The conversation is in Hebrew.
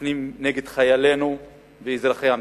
מופנים כנגד חיילינו ואזרחי המדינה.